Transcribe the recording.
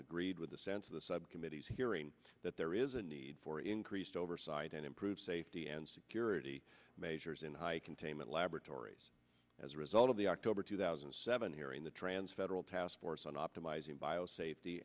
agreed with the sense of the subcommittees hearing that there is a need for increased oversight and improved safety and security measures in high amen laboratories as a result of the october two thousand and seven hearing the trans federal task force on optimizing bio safety